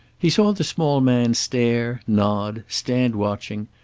he saw the small man stare, nod, stand watching,